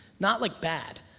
not like bad.